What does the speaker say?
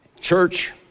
Church